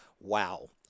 wow